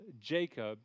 Jacob